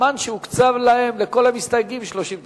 הזמן שהוקצב להם, לכל המסתייגים: 30 דקות.